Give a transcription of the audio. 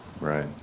Right